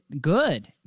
good